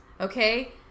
okay